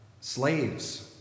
slaves